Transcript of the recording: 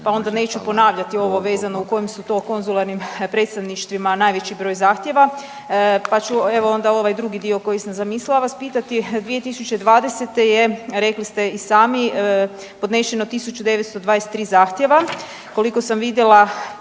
pa onda neću ponavljati ovo vezano u kojim su to konzularnim predstavništvima najveći broj zahtjeva pa ću evo onda ovaj drugi dio koji sam zamislila vas pitati. 2020. je rekli ste i sami podnešeno 1923 zahtjeva, koliko sam vidjela